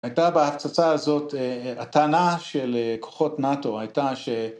הייתה בהפצצה הזאת הטענה של כוחות נא״טו, הייתה ש...